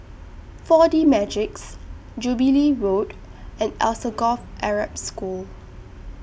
four D Magix Jubilee Road and Alsagoff Arab School